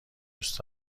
دوست